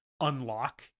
unlock